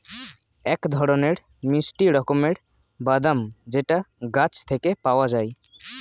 এক ধরনের মিষ্টি রকমের বাদাম যেটা গাছ থেকে পাওয়া যায়